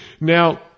Now